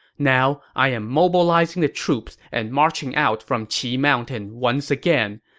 now, i am mobilizing the troops and marching out from qi mountain once again.